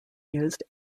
used